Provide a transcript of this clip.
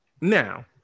Now